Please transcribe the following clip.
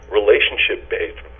relationship-based